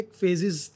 phases